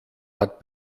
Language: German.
hat